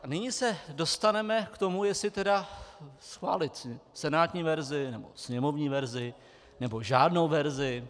Nyní se dostaneme k tomu, jestli tedy schválit senátní verzi, nebo sněmovní verzi, nebo žádnou verzi.